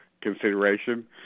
consideration